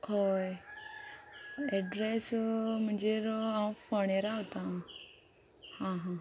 हय एड्रेस म्हणजे हांव फोणे रावतां हां